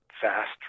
fast